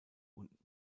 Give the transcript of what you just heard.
und